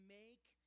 make